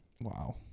Wow